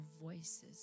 voices